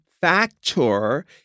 factor